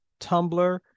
Tumblr